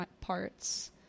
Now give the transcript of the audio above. parts